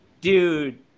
Dude